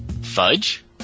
Fudge